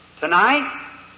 tonight